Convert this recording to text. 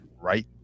right